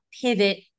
pivot